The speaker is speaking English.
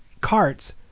carts